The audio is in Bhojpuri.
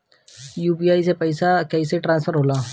यू.पी.आई से पैसा कैसे ट्रांसफर होला?